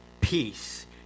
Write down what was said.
peace